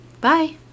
Bye